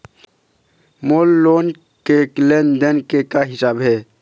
मोर loan के लेन देन के का हिसाब हे?